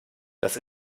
das